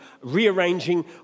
rearranging